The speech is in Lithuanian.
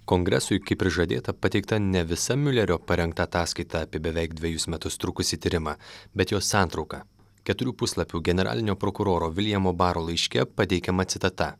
kongresui kaip ir žadėta pateikta ne visa miulerio parengta ataskaita apie beveik dvejus metus trukusį tyrimą bet jos santrauka keturių puslapių generalinio prokuroro viljamo baro laiške pateikiama citata